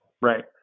Right